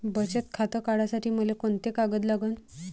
बचत खातं काढासाठी मले कोंते कागद लागन?